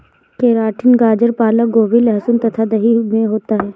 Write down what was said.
keratin गाजर पालक गोभी लहसुन तथा दही में होता है